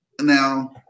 now